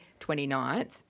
29th